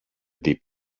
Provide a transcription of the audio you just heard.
deep